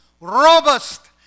robust